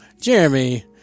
Jeremy